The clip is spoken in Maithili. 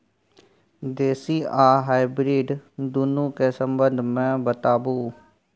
देसी आ हाइब्रिड दुनू के संबंध मे बताऊ?